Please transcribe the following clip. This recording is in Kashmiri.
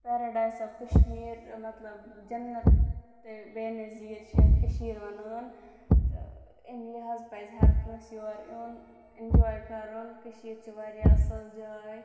پیراڈایِس آف کَشمیٖر مطلب جنتِ بے نظیٖر چھِ یَتھ کٔشیٖرِ وَنان تہٕ اَمہِ لحاظ پَزِ ہرکٲنٛسہِ یور یُن انجاے کَرُن کٔشیٖرِ چھِ واریاہ اَصٕل جاے